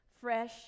fresh